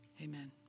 Amen